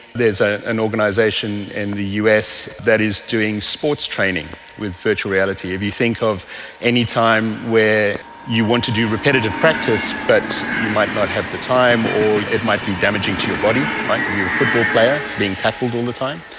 there is ah an organisation in the us that is doing sports training with virtual reality. if you think of any time where you want to do repetitive practice but you might not have the time or it might be damaging to your body, if you are a football player being tackled all the time,